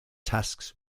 tasks